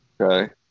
okay